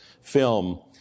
film